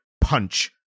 punch